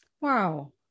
Wow